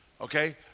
Okay